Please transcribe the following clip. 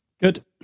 Good